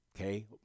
Okay